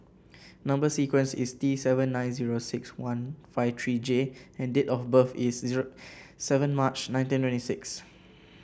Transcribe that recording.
number sequence is T seven nine zero six one five three J and date of birth is zero seven March nineteen twenty six